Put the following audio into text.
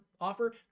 offer